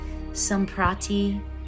Samprati